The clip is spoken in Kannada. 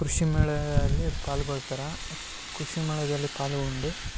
ಕೃಷಿ ಮೇಳದಲ್ಲಿ ಪಾಲ್ಗೊಳ್ತಾರ ಕೃಷಿ ಮೇಳದಲ್ಲಿ ಪಾಲ್ಗೊಂಡು